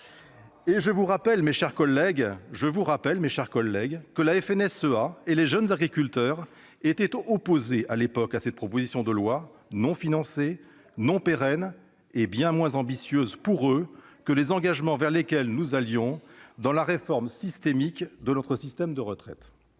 ! Je vous rappelle également, mes chers collègues, que la FNSEA et les Jeunes Agriculteurs étaient alors opposés à cette proposition de loi non financée, non pérenne et bien moins ambitieuse pour eux que les engagements vers lesquels nous allions dans la réforme systémique de notre système de retraite.